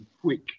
Quick